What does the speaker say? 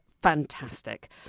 Fantastic